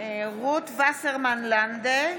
רות וסרמן לנדה,